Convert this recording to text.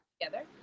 Together